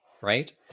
Right